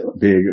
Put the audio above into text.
big